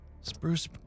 Spruce